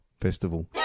festival